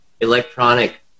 electronic